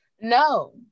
No